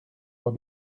voit